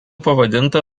pavadinta